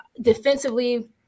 defensively